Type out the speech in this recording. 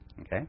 Okay